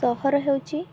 ସହର ହେଉଛି